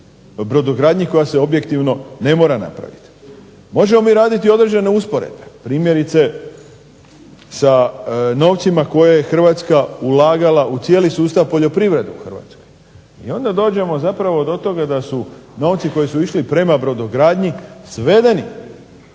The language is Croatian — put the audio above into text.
brodogradnji koja se objektivno ne mora napraviti. Možemo mi raditi i određene usporedbe, primjerice sa novcima koje je Hrvatska ulagala u cijeli sustav poljoprivrede u Hrvatskoj i onda dođemo zapravo do toga da su novci koji su išli prema brodogradnji svedeni